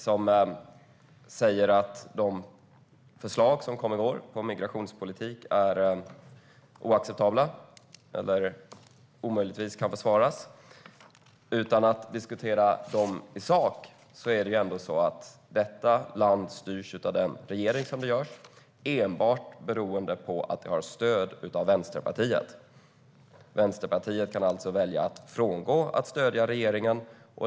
Han säger att de förslag om migrationspolitiken som kom i går är oacceptabla och omöjligtvis kan försvaras. Utan att diskutera dem i sak vill jag säga att den regering som styr detta land gör det enbart beroende på att den har stöd av Vänsterpartiet. Vänsterpartiet kan alltså välja att frångå att stödja regeringen.